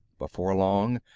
before long,